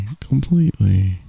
completely